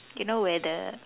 you know where the